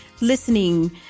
listening